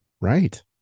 Right